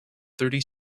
thirty